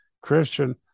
Christian